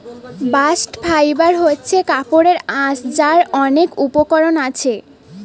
bast fibre হচ্ছে কাপড়ের আঁশ যার অনেক উপকরণ আছে